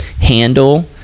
handle